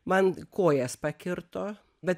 man kojas pakirto bet